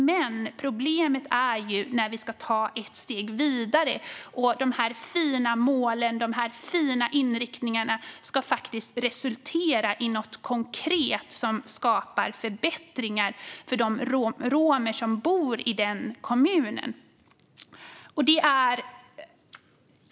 Men problemet uppstår när vi ska ta ett steg vidare och de fina målen och inriktningarna faktiskt ska resultera i något konkret som skapar förbättringar för de romer som bor i kommunen.